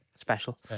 special